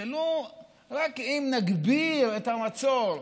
שרק אם נגביר את המצור,